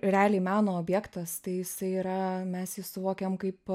realiai meno objektas tai jisai yra mes suvokiam kaip